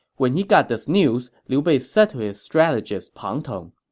when he got this news, liu bei said to his strategist pang tong,